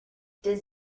does